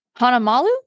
Hanamalu